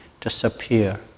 disappear